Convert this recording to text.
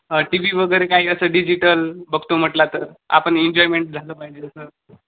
ह T V वगैरे काही असं डिजिटल बघतो म्हटला तर आपण एन्जॉयमेंट झालं पाहिजे असं